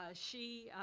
ah she.